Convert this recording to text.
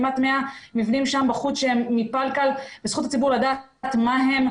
כמעט 100 מבנים שבנויים מפלקל וזכות הציבור לדעת מהם,